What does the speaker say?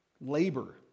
labor